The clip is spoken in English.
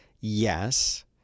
Yes